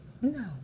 no